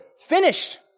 Finished